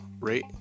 rate